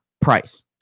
price